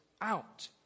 out